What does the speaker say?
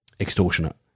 extortionate